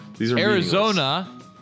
Arizona